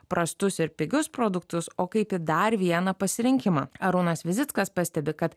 prastus ir pigius produktus o kaip į dar vieną pasirinkimą arūnas visockas pastebi kad